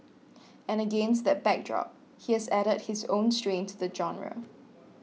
and against that backdrop he has added his own strain to the genre